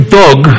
dog